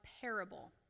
parable